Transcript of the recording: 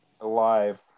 alive